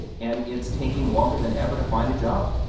and it's taking longer than ever to find a job.